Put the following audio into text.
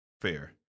Fair